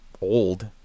old